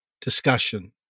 discussion